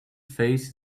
face